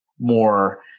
more